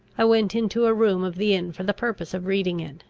i went into a room of the inn for the purpose of reading it,